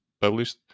published